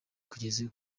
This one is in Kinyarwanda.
kugeze